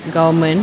government